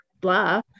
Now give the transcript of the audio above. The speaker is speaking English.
blah